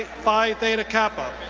phi theta kappa.